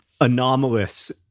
anomalous